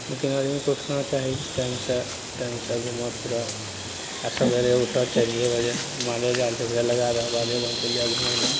लेकिन आदमीके उठना चाही टाइमसँ टाइमसँ घूमऽ फिरऽ आओर सवेरे उठऽ चारिये बजे मालो जालके ओकरा लगा दहऽ बाधोवन चलि जा घुमयलए